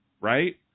right